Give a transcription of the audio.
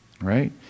Right